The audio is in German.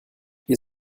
ihr